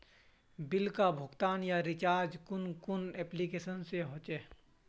Bill का भुगतान या रिचार्ज कुन कुन एप्लिकेशन से होचे?